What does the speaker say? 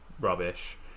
rubbish